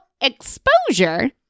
exposure